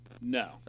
No